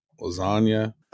lasagna